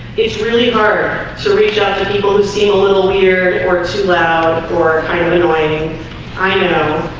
it's really hard so reach out to people who seem a little weird or too loud or kind of annoying i know